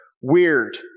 weird